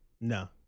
No